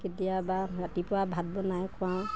কেতিয়াবা ৰাতিপুৱা ভাত বনাই খুৱাওঁ